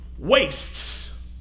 wastes